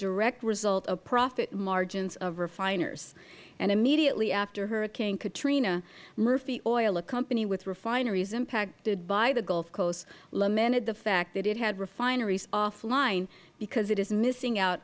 direct result of profit margins of refiners and immediately after hurricane katrina murphy oil a company with refineries impacted by the gulf coast lamented the fact that it had refineries off line because it is missing